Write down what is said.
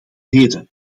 reden